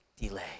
delay